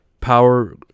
power